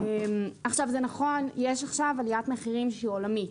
עכשיו זה נכון יש עכשיו עליית מחירים שהיא עולמית,